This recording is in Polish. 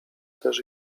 też